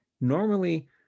normally